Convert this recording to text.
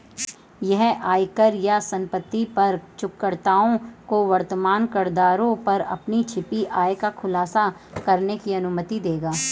यह आयकर या संपत्ति कर चूककर्ताओं को वर्तमान करदरों पर अपनी छिपी आय का खुलासा करने की अनुमति देगा